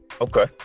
okay